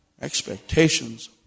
Expectations